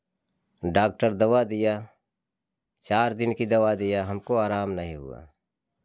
doctor दवा दिया चार दिन की दवा दिया हमको आराम नहीं हुआ